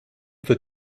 wird